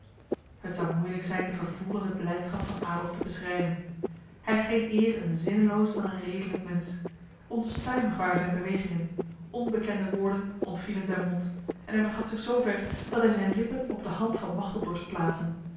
het zou moeilijk zijn de vervoerende blijdschap van adolf te beschrijven hij scheen eer een zinneloos dan een redelijk mens onstuimig waren zijn bewegingen onbekende woorden ontvielen zijn mond en hij vergat zich zo ver dat hij zijn lippen op de hand van machteld dorst plaatsen